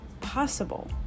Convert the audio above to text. possible